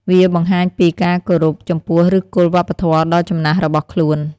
វាបង្ហាញពីការគោរពចំពោះឫសគល់វប្បធម៌ដ៏ចំណាស់របស់ខ្លួន។